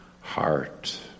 heart